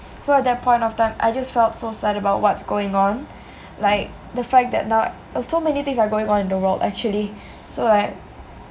so at that point of time I just felt so sad about what's going on like the fact that now so many things are going on in the world actually so like